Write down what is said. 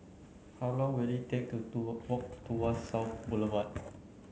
how long will it take to to walk Tuas South Boulevard